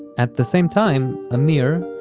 at the same time, amir,